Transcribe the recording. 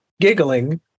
Giggling